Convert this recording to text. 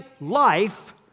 life